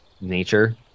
nature